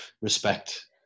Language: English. respect